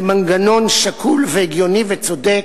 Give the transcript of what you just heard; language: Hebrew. זה מנגנון שקול, הגיוני וצודק,